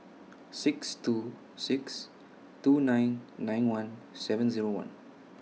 six two six two nine nine one seven Zero one